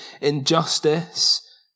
injustice